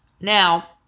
Now